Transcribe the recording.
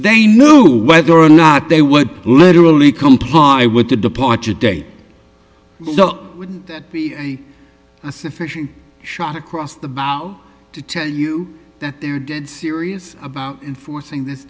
they knew whether or not they would literally comply with the departure date would that be a sufficient shot across the bow to tell you that they're dead serious about enforcing this